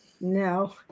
No